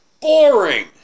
boring